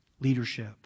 Leadership